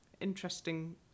interesting